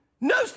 no